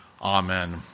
Amen